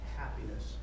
happiness